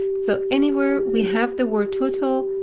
so anywhere we have the word total,